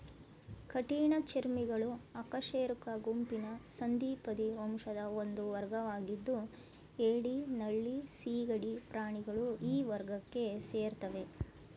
ಕಠಿಣ ಚರ್ಮಿಗಳು ಅಕಶೇರುಕ ಗುಂಪಿನ ಸಂಧಿಪದಿ ವಂಶದ ಒಂದು ವರ್ಗವಾಗಿದ್ದು ಏಡಿ ನಳ್ಳಿ ಸೀಗಡಿ ಪ್ರಾಣಿಗಳು ಈ ವರ್ಗಕ್ಕೆ ಸೇರ್ತವೆ